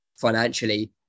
financially